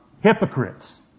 hypocrites